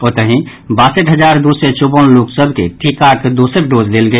ओतहि बासठि हजार दू सय चौवन लोक सभ के टीकाक दोसर डोज देल गेल